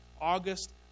August